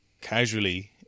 casually